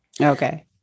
Okay